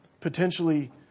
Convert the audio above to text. potentially